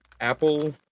apple